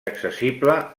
accessible